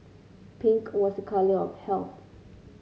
pink was a colour of health